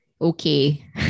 okay